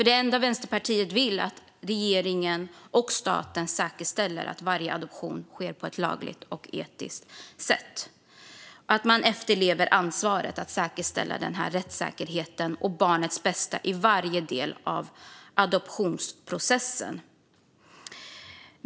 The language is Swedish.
Det enda Vänsterpartiet vill är att regeringen och staten säkerställer att varje adoption sker på ett lagligt och etiskt sätt - att man efterlever ansvaret att säkerställa rättssäkerheten och barnets bästa i varje del av adoptionsprocessen.